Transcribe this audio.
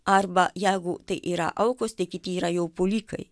arba jeigu tai yra aukos tai kiti yra jau puolikai